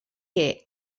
que